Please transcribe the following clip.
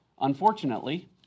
Unfortunately